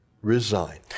resign